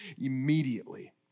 immediately